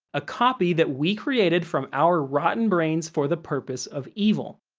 a copy that we created from our rotten brains for the purpose of evil.